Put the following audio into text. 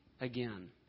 again